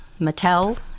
Mattel